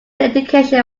education